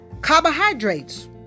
carbohydrates